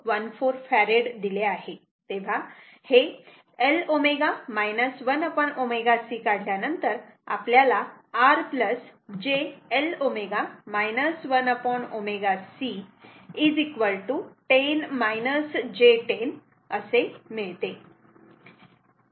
0014 F दिले आहे तेव्हा ते L ω 1ω C काढल्यानंतर आपल्याला R j L 1ω C 10 j 10 Ω असे मिळते